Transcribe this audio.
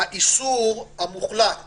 האיסור המוחלט